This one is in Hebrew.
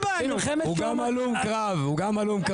גם לכם אני רוצה להגיד,